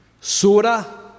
Sura